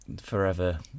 Forever